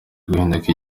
guhinduka